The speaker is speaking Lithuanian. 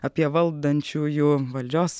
apie valdančiųjų valdžios